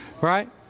Right